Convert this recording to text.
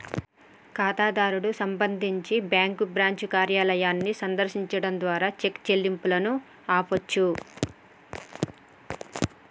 ఖాతాదారుడు సంబంధించి bank branch కార్యాలయాన్ని సందర్శించడం ద్వారా చెక్ చెల్లింపును ఆపొచ్చు